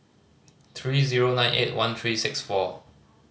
three zero nine eight one three six four